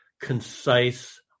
concise